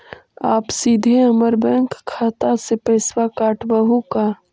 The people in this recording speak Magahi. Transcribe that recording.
आप सीधे हमर बैंक खाता से पैसवा काटवहु का?